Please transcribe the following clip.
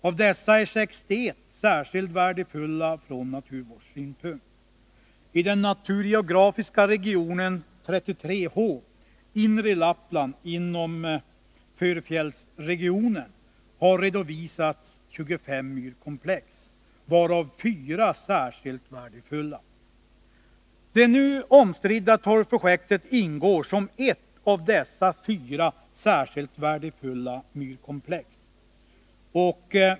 Av dessa är 61 särskilt värdefulla från naturvårdssynpunkt. I den naturgeografiska regionen 33 h, inre Lappland inom förfjällsregionen, har redovisats 25 myrkomplex, varav 4 särskilt värdefulla. Det nu omstridda torvprojektet ingår som ett av dessa 4 särskilt värdefulla myrkomplex.